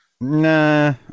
nah